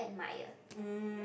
admire